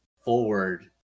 forward